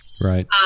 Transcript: Right